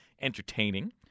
entertaining